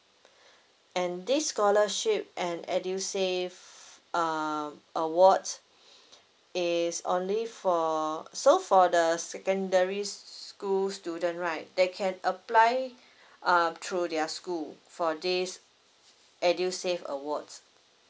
and this scholarship and edusave uh awards is only for so for the secondary school student right they can apply um through their school for this edusave awards